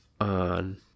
on